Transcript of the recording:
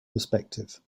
perspective